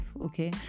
okay